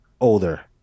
older